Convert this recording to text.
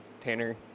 Tanner